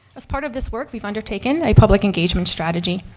as part of this work we've undertaken a public engagement strategy.